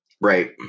Right